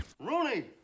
Rooney